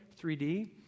3D